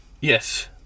yes